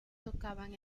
tocaban